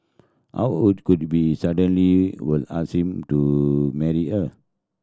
our hold could be suddenly will ask him to marry her